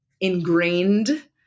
ingrained